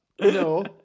No